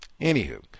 anywho